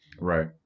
Right